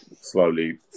Slowly